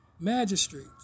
Magistrates